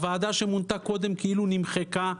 הוועדה שמונתה קודם כאילו נמחקה,